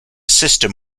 system